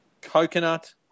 Coconut